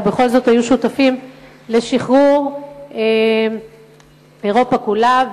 אבל בכל זאת היו שותפים לשחרור אירופה כולה,